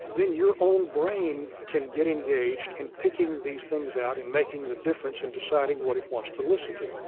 then your own brain can get engaged in picking these things out and making the difference and deciding what it wants to listen to